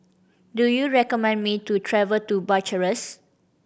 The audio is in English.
do you recommend me to travel to Bucharest